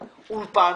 אולפן,